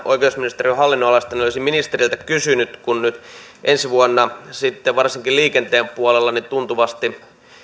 oikeusministeriön hallinnonalasta niin olisin ministeriltä kysynyt siitä että ensi vuonna varsinkin liikenteen puolella tuntuvasti